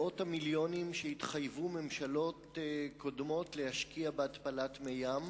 מאות המיליונים שהתחייבו ממשלות קודמות להשקיע בהתפלת מי-ים